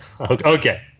Okay